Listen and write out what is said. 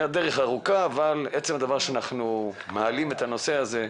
הדרך ארוכה אבל עצם הדבר שאנחנו מעלים את הנושא הזה,